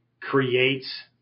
creates